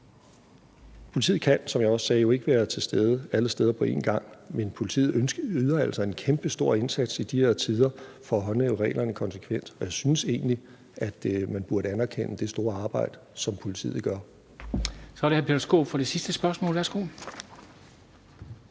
Politiet kan, som jeg også sagde, jo ikke være til stede alle steder på én gang, men politiet yder altså en kæmpestor indsats i de her tider for at håndhæve reglerne konsekvent, og jeg synes egentlig, at man burde anerkende det store arbejde, som politiet gør. Kl. 14:07 Formanden (Henrik Dam Kristensen): Så